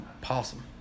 Possum